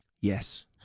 Yes